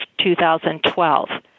2012